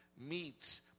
meets